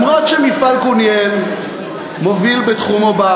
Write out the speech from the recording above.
זה גם ההיקף של הוצאות האנרגיה של מפעלים דומים בענף המתכת,